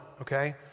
okay